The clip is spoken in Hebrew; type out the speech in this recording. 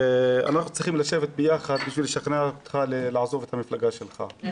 אנחנו צריכים לשבת יחד בשביל לשכנע אותך לעזוב את המפלגה שלך,